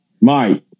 Mike